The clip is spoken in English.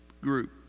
group